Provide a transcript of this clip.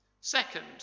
Second